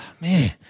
man